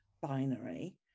binary